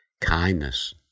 kindness